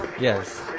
Yes